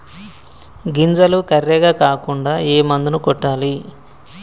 గింజలు కర్రెగ కాకుండా ఏ మందును కొట్టాలి?